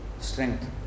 Strength